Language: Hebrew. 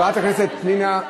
חברת הכנסת פנינה,